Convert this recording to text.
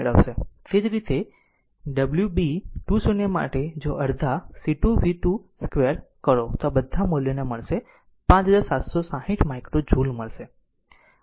તેv જ રીતે w b 2 0 માટે જો અડધા c 2 v c 2 0 કરો તો બધા મૂલ્યોને મળશે 5760 માઇક્રો જુલ મળશે